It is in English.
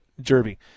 Derby